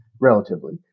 relatively